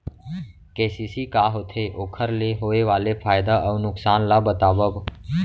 KCC का होथे, ओखर ले होय वाले फायदा अऊ नुकसान ला बतावव?